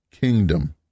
kingdom